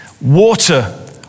water